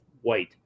white